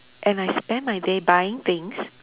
and I spend my day buying things